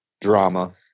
drama